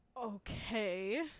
Okay